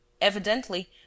Evidently